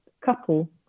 couple